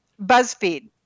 Buzzfeed